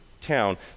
town